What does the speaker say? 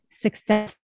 success